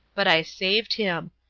but i saved him.